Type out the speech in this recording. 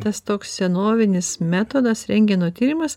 tas toks senovinis metodas rentgeno tyrimas